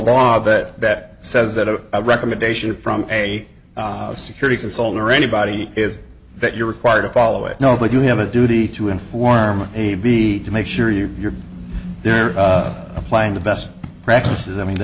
bit that says that a recommendation from a security consultant or anybody is that you're required to follow it no but you have a duty to inform a b to make sure you you're there playing the best practices i mean